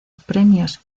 premios